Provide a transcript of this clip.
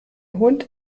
hund